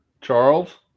charles